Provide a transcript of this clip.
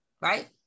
right